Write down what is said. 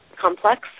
complex